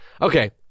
okay